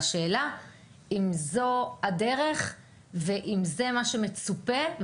והשאלה אם זו הדרך ואם זה מה שמצופה.